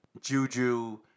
Juju